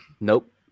nope